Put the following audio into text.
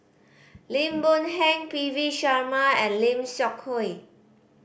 Lim Boon Heng P V Sharma and Lim Seok Hui